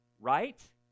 right